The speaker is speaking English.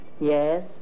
Yes